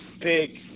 big